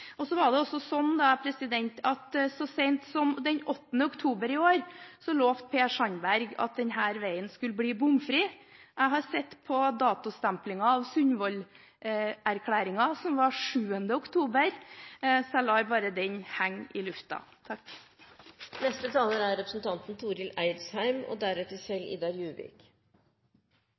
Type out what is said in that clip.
denne. Så var det også sånn at så sent som den 8. oktober i år, lovte Per Sandberg at denne veien skulle bli bomfri. Jeg har sett på datostemplingen på Sundvolden-erklæringen, som var 7. oktober – så jeg lar bare den henge i luften. Som tidligere fylkespolitiker i Hordaland har jeg god kjennskap til trafikkutfordringene i Bergens-regionen. Askøy er